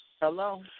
Hello